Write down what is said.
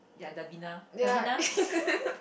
ya Davina